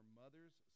mother's